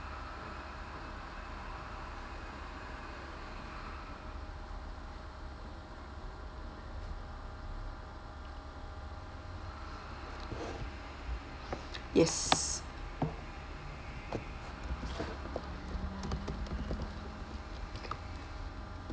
yes